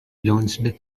launched